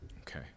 Okay